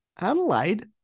adelaide